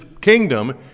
kingdom